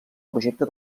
projecte